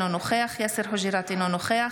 אינו נוכח